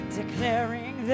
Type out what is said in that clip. declaring